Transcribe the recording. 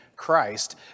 Christ